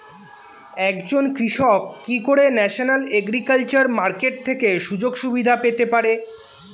একজন কৃষক কি করে ন্যাশনাল এগ্রিকালচার মার্কেট থেকে সুযোগ সুবিধা পেতে পারে?